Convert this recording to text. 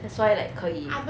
that's why like 可以